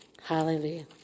Hallelujah